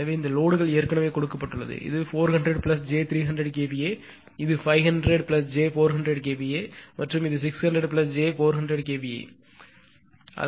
எனவே இந்த லோடுகள் ஏற்கனவே கொடுக்கப்பட்டுள்ளது இது 400j300 kVA இது 500j400 kVA மற்றும் இது 600j400 kVA சரியானது